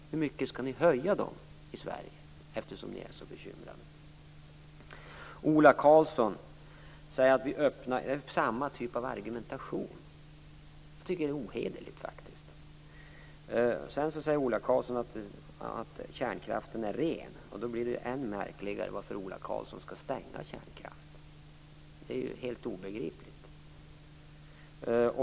Hur mycket vill ni höja dem när ni nu är så bekymrade? Ola Karlsson säger att vi öppnar samma typ av argumentation. Jag tycker att det är ohederligt. Sedan säger han att kärnkraften är ren, och då blir det än märkligare att han skall stänga kärnkraften. Det är helt obegripligt.